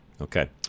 Okay